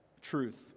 truth